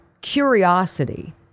curiosity